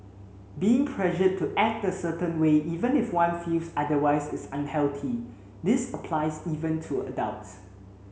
being pressured to act a certain way even if one feels otherwise is unhealthy this applies even to adults